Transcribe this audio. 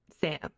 Sam